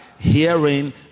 hearing